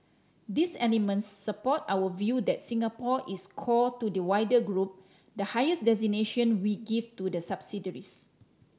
these elements support our view that Singapore is 'core' to the wider group the highest designation we give to the subsidiaries